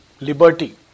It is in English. Liberty